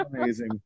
amazing